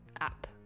app